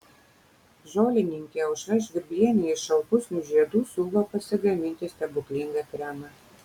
žolininkė aušra žvirblienė iš šalpusnių žiedų siūlo pasigaminti stebuklingą kremą